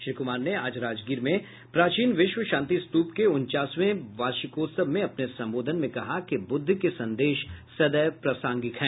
श्री कुमार ने आज राजगीर में प्राचीन विश्व शांति स्तूप के उनचासवें वार्षिकोत्सव में अपने संबोधन में कहा कि बूद्ध के संदेश सदैव प्रासांगिक हैं